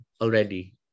already